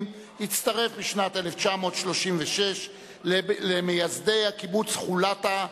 הצטרף בשנת 1936 למייסדי הקיבוץ חולתה,